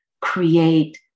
create